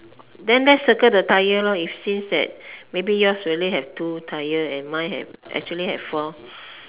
then let's circle the tire lor if since that maybe your's really have two tire and mine have actually have four